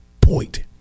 point